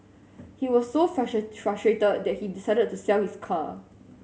he was so frustrate frustrated that he decided to sell his car